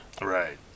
Right